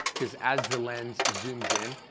cause as the lens zooms in,